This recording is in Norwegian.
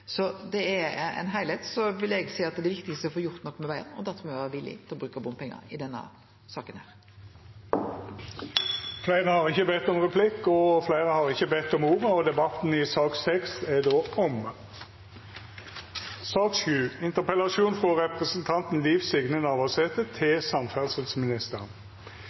Det er ein heilskap. Eg vil seie at det viktigaste er å få gjort noko med vegen, og da trur eg me må vere villige til å bruke bompengar i denne saka. Replikkordskiftet er dermed omme. Fleire har ikkje bedt om ordet til sak nr. 6. I vårt vakre land har